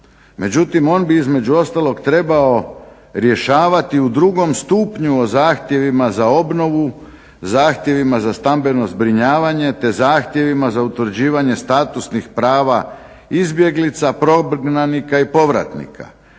Međutim, on bi između ostalog trebao rješavati u drugom stupnju o zahtjevima za obnovu, zahtjevima za stambeno zbrinjavanje te zahtjevima za utvrđivanje statusnih prava izbjeglica, prognanika i povratnika,